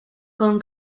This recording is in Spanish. con